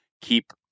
keep